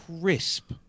crisp